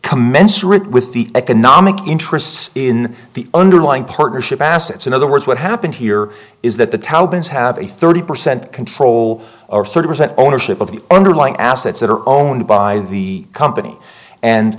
commensurate with the economic interests in the underlying partnership assets in other words what happened here is that the taliban's have a thirty percent control over thirty percent ownership of the underlying assets that are owned by the company and